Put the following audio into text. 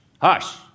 hush